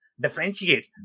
differentiate